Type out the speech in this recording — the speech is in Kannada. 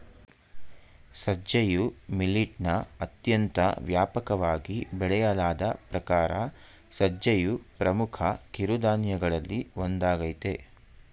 ಸಜ್ಜೆಯು ಮಿಲಿಟ್ನ ಅತ್ಯಂತ ವ್ಯಾಪಕವಾಗಿ ಬೆಳೆಯಲಾದ ಪ್ರಕಾರ ಸಜ್ಜೆಯು ಪ್ರಮುಖ ಕಿರುಧಾನ್ಯಗಳಲ್ಲಿ ಒಂದಾಗಯ್ತೆ